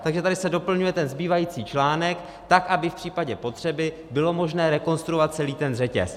Takže tady se doplňuje ten zbývající článek tak, aby v případě potřeby bylo možné rekonstruovat celý ten řetěz.